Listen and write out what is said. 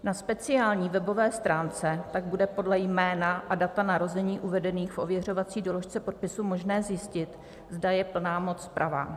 Na speciální webové stránce tak bude podle jména a data narození uvedených v ověřovací doložce podpisu možné zjistit, zda je plná moc pravá.